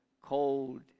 cold